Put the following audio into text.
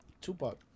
Tupac